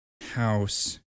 house